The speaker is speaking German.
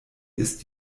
ist